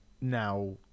now